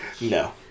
No